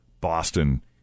Boston